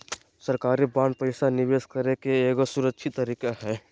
सरकारी बांड पैसा निवेश करे के एगो सुरक्षित तरीका हय